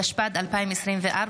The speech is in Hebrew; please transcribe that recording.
התשפ"ד 2024,